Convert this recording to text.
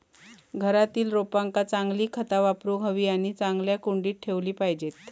घरातील रोपांका चांगली खता वापरूक हवी आणि चांगल्या कुंडीत ठेवली पाहिजेत